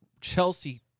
Chelsea